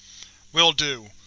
will do.